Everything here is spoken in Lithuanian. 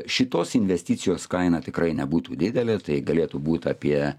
šitos investicijos kaina tikrai nebūtų didelė tai galėtų būt apie